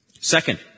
Second